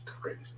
Crazy